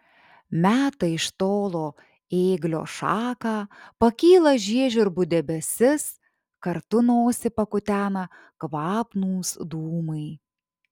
meta iš tolo ėglio šaką pakyla žiežirbų debesis kartu nosį pakutena kvapnūs dūmai